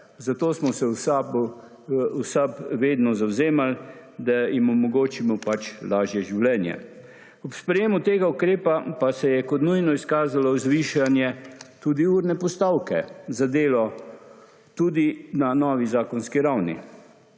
zato smo se v SAB vedno zavzemali, da jim omogočimo lažje življenje. Ob sprejemu tega ukrepa pa se je kot nujno izkazalo zvišanje tudi ure postavke za delo tudi na novi zakonski ravni.